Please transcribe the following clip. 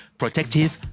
protective